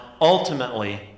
ultimately